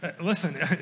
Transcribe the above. Listen